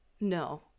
no